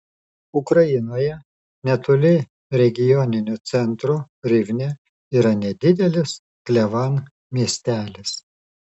ukrainoje netoli regioninio centro rivne yra nedidelis klevan miestelis